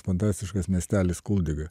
fantastiškas miestelis kuldyga